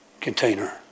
container